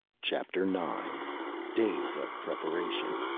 chapter nine days of preparation